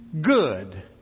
good